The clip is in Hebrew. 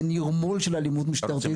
זה נרמול של אלימות משטרתית --- רוצים